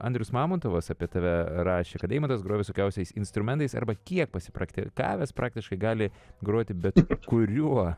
andrius mamontovas apie tave rašė kad eimantas groja visokiausiais instrumentais arba kiek pasipraktikavęs praktiškai gali groti bet kuriuo